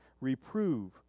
reprove